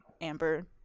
amber